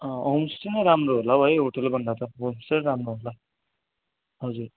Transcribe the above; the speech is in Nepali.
होमस्टे नै राम्रो होला हौ है होटेलभन्दा त होमस्टे नै राम्रो होला हजुर